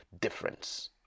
difference